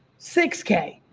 six k.